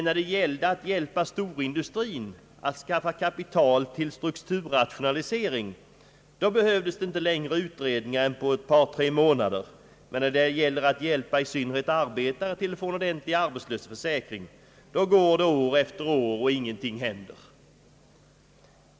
När det gällde att hjälpa storindustrin att skaffa kapital till strukturrationalisering, då behövdes det inte längre utredningar än på ett par tre månader, men när det gäller att hjälpa i synnerhet arbetare till att få en ordentlig arbetslöshetsförsäkring, då går det år efter år utan att någonting händer.